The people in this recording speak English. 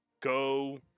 Go